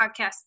podcast